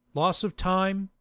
loss of time,